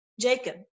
Jacob